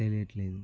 తెలియట్లేదు